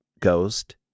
ghost